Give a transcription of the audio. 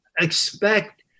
expect